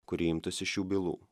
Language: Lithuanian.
kuri imtųsi šių bylų